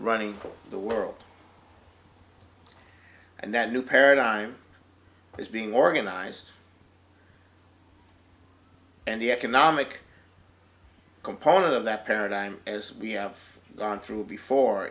running the world and that new paradigm is being organized and the economic component of that paradigm as we have gone through before